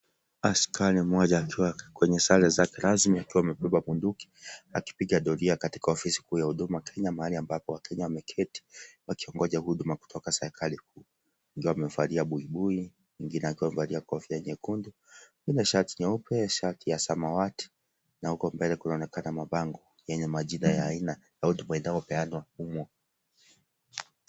Askari mmoja akiwa kwenye sare zake rasmi akiwa amebeba bunduki akipiga doria katika ofisi kuu ya Huduma Kenya mahali ambapo wakenya wameketi wakingoja huduma kutoka serikali kuu mwingine amevalia buibui , mwingine amevalia kofia nyekundu , mwingine shati nyeupe , shati ya samawati na huko mbele kunaonekana mabango yenye majina ya aina ya huduma inayopeanwa humu.